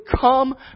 come